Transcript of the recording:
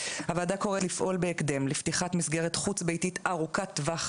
הוועדה קוראת לפעול בהקדם לפתיחת מסגרת חוץ ביתית ארוכת טווח,